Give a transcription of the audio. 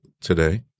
today